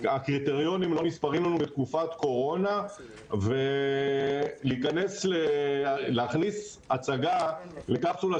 הקריטריונים לא נספרים לנו בתקופת קורונה ולהכניס הצגה לקפסולה